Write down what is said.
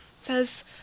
says